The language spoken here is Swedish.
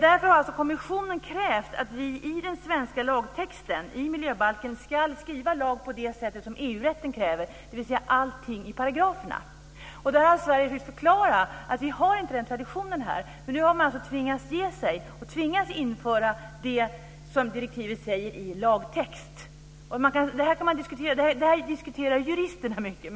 Därför har kommissionen krävt att vi i den svenska lagtexten i miljöbalken ska skriva lag på det sätt som EU-rätten kräver, dvs. att allting ska stå i paragraferna. Där har Sverige försökt förklara att vi inte har den traditionen här. Nu har man tvingats ge sig och införa det som direktivet säger i lagtext. Det här diskuterar juristerna mycket.